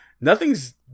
Nothing's